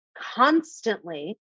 constantly